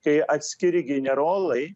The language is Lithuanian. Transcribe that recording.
kai atskiri generolai